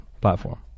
platform